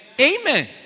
Amen